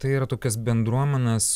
tai yra tokios bendruomenės